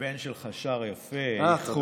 שהבן שלך שר יפה, תודה.